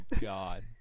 god